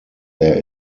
there